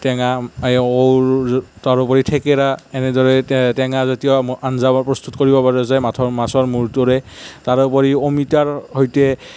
টেঙা ঔৰ তাৰোপৰি থেকেৰা এনেদৰে টেঙাজাতীয় আঞ্জাবোৰ প্ৰস্তুত কৰিব পৰা যায় মাছৰ মূৰটোৰে তাৰোপৰি অমিতাৰ সৈতে